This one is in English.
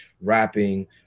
rapping